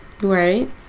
right